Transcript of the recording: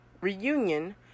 reunion